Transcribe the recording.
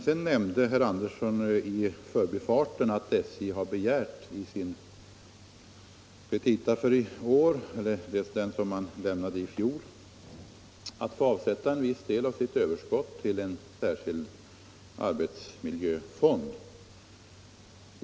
Sedan nämnde herr Andersson i förbifarten att SJ i sina petita i fjol begärde att få avsätta en viss del av sitt överskott till en särskild ar betsmiljöfond.